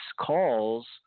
calls